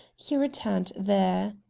he returned there.